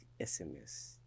SMS